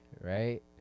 Right